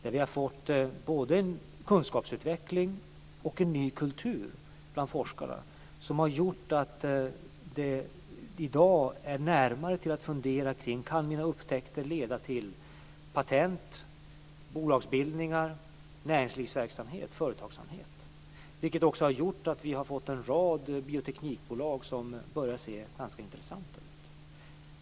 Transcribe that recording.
Vi har där fått både en kunskapsutveckling och en ny kultur bland forskare som har gjort att det i dag ligger närmare till att fundera kring om de egna upptäckterna kan leda till patent, bolagsbildningar, näringslivsverksamhet och företagsamhet. Detta har också gjort att vi har fått en rad bioteknikföretag som börjar se ganska intressanta ut.